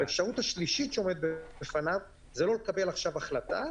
האפשרות השלישית שעומדת בפניו: לא לקבל עכשיו החלטה,